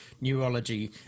neurology